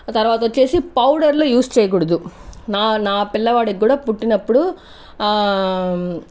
తర్వాత వచ్చేసి పౌడర్లు యూస్ చేయకూడదు నా నా పిల్లవాడికి కూడా పుట్టినప్పుడు